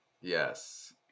Yes